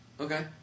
Okay